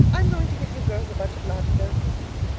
i'm going to give you girls a bunch of lavendar apiece,